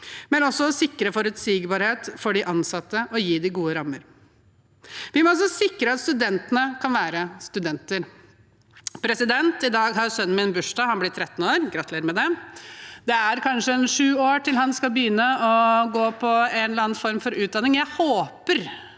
gjennom å sikre forutsigbarhet for de ansatte og gi dem gode rammer. Vi må sikre at studentene kan være studenter. I dag har sønnen min bursdag, han blir 13 år – og gratulerer med det. Det er kanskje sju år til han skal begynne på en eller annen form for utdanning. Jeg håper